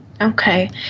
Okay